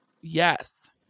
Yes